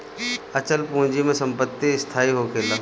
अचल पूंजी में संपत्ति स्थाई होखेला